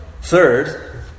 third